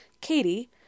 Katie